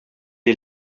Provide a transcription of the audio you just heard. est